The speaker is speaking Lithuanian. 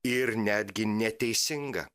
ir netgi neteisinga